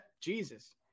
Jesus